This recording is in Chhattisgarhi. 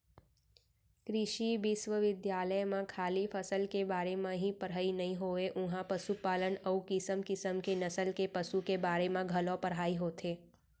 कृषि बिस्वबिद्यालय म खाली फसल के बारे म ही पड़हई नइ होवय उहॉं पसुपालन अउ किसम किसम के नसल के पसु के बारे म घलौ पढ़ाई होथे